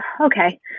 okay